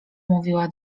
mówiła